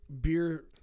beer